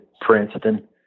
Princeton